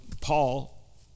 Paul